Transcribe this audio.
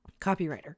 copywriter